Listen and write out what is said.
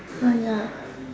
ah ya